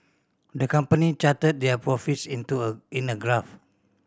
the company charted their profits into a in a graph